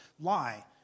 lie